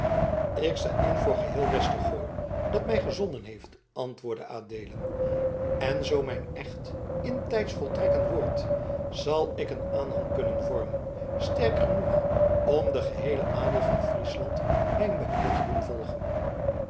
ik sta in voor geheel westergoo dat mij gezonden heeft antwoordde adeelen en zoo mijn echt intijds voltrekken wordt zal ik een aanhang kunnen vormen sterk genoeg om den geheelen adel van friesland mijne banier te doen volgen